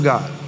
God